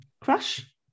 Crush